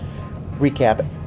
recap